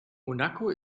monaco